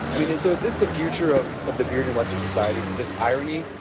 i mean so is this the future of of the beard in western societies are just irony,